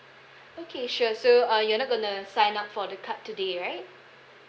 okay sure so uh you're not going to sign up for the card today right